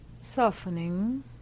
softening